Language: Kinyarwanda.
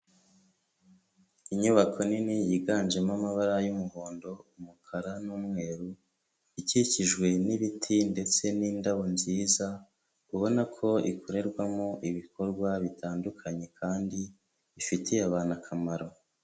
Inyubako nini yiganjemo amabara y'umuhondo, umukara n'umweru, ikikijwe n'ibiti ndetse n'indabo nziza, ubona ko ikorerwamo ibikorwa bitandukanye kandi bifitiye abantu akamaro.